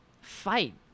fight